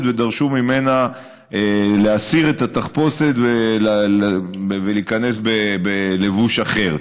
ודרשו ממנה להסיר את התחפושת ולהיכנס בלבוש אחר.